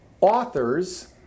authors